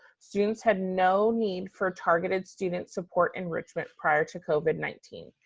students had no need for targeted student support enrichment prior to covid nineteen.